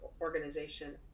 organization